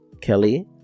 Kelly